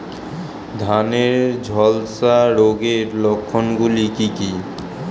ধানের ঝলসা রোগের লক্ষণগুলি কি কি?